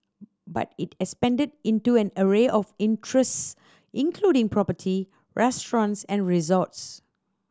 but it expanded into an array of interests including property restaurants and resorts